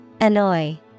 Annoy